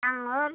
आंगुर